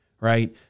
Right